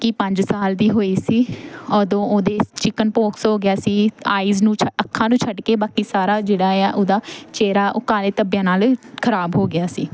ਕਿ ਪੰਜ ਸਾਲ ਦੀ ਹੋਈ ਸੀ ਉਦੋਂ ਉਹਦੇ ਚਿਕਨਪੋਕਸ ਹੋ ਗਿਆ ਸੀ ਆਈਜ਼ ਨੂੰ ਛ ਅੱਖਾਂ ਨੂੰ ਛੱਡ ਕੇ ਬਾਕੀ ਸਾਰਾ ਜਿਹੜਾ ਆ ਉਹਦਾ ਚਿਹਰਾ ਉਹ ਕਾਲੇ ਧੱਬਿਆਂ ਨਾਲ ਖਰਾਬ ਹੋ ਗਿਆ ਸੀ